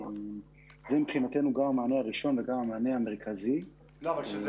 שהיא מבחינתנו גם המענה הראשון וגם המענה המרכזי --- סליחה,